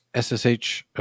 SSH